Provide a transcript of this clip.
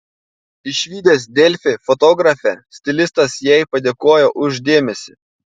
išvydęs delfi fotografę stilistas jai padėkojo už dėmesį